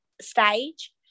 stage